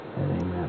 Amen